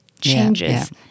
changes